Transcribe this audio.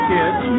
Kids